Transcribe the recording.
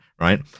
right